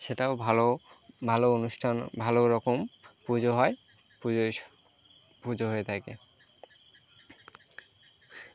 সেটাও ভালো ভালো অনুষ্ঠান ভালো রকম পুজো হয় পুজোয় স পুজো হয়ে থাকে